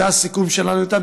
זה הסיכום שלנו איתה,